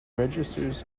registers